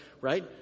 Right